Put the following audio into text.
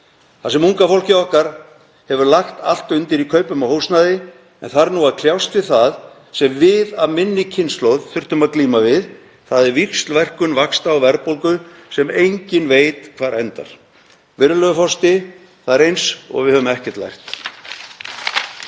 þar sem unga fólkið okkar hefur lagt allt undir í kaupum á húsnæði en þarf nú að kljást við það sem við af minni kynslóð þurftum að glíma við, þ.e. víxlverkun vaxta og verðbólgu sem enginn veit hvar endar. Virðulegur forseti. Það er eins og við höfum ekkert lært.